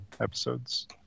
episodes